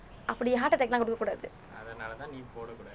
அப்படி:appadi heart attack எல்லாம் கொடுக்க கூடாது:ellaam kodukka kudaathu